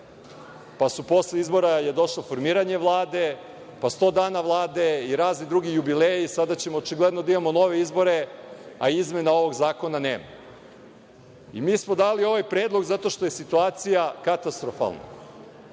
pa je posle izbora došlo formiranje Vlade, pa sto dana Vlade i razni drugi jubileji. Sada ćemo očigledno da imamo nove izbore, a izmena ovog zakona nema. Mi smo dali ovaj predlog zato što je situacija katastrofalna.